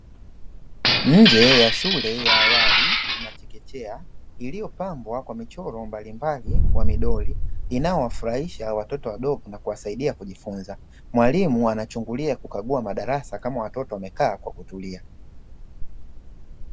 Nje ya shule ya awali na chekechea iliyopambwa kwa michoro mbalimbali wa midori inayo wafurahisha watoto wadogo na kuwasaidia kujifunza, mwalimu anachungulia kukagua madarasa kama watoto wamekaa kwa kutulia.